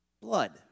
blood